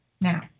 now